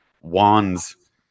wands